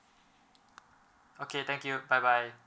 okay thank you bye bye